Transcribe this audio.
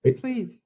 please